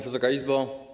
Wysoka Izbo!